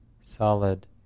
solid